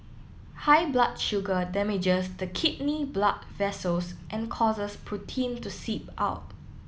high blood sugar damages the kidney blood vessels and causes protein to seep out